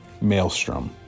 Maelstrom